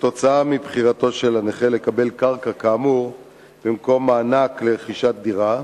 כתוצאה מבחירתו של הנכה לקבל קרקע כאמור במקום מענק לרכישת דירה,